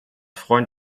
freund